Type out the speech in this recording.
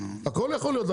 הכול יכול להיות.